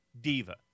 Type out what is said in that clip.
diva